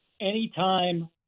anytime